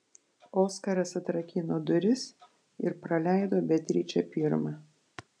oskaras atrakino duris ir praleido beatričę pirmą